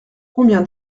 combien